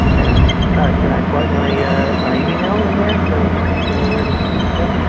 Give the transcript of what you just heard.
and ah can i plug my yeah my email in there so that people know where to go?